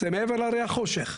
זה מעבר להרי החושך.